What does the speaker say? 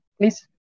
please